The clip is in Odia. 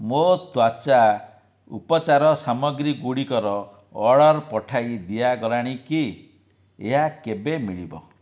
ମୋର ତ୍ୱଚା ଉପଚାର ସାମଗ୍ରୀ ଗୁଡ଼ିକର ଅର୍ଡ଼ର୍ ପଠାଇ ଦିଆଗଲାଣି କି ଏହା କେବେ ମିଳିବ